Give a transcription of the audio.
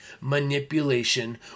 manipulation